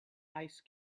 ice